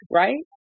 right